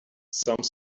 some